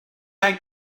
ein